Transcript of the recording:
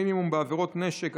עונשי מינימום בעבירות נשק),